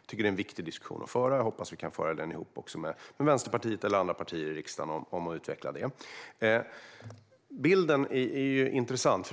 Jag tycker att det är en viktig diskussion att föra, och jag hoppas att vi ihop med Vänsterpartiet eller andra partier i riksdagen kan föra en diskussion om att utveckla detta. Bilden är intressant.